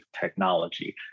technology